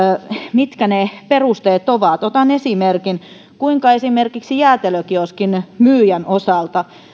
mitkä ne perusteet ovat otan esimerkin kuinka on esimerkiksi jäätelökioskin myyjän osalta